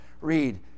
read